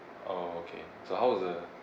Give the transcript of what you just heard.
okay so how was the